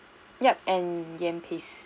yup and yam paste